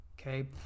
Okay